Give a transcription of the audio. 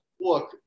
look